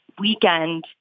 weekend